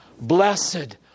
Blessed